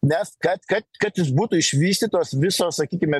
nes kad kad kad būtų išvystytos visos sakykime